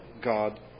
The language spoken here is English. God